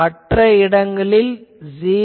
மற்ற இடங்களில் '0'